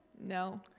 No